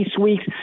weeks